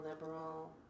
liberal